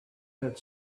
that